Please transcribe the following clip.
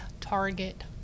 target